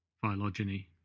phylogeny